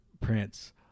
Prince